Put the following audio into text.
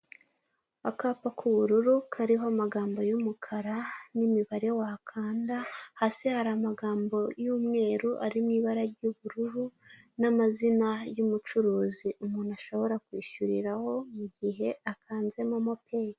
Akapa k'ubururu kariho amagambo y'umukara n'imibare wakanda, hasi hari amagambo y'umweru ari mu ibara ry'ubururu n'amazina y'umucuruzi umuntu ashobora kwishyuriraho mu gihe akanze momo peyi.